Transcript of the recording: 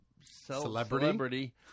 Celebrity